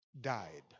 died